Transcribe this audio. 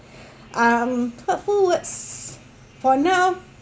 um hurtful words for now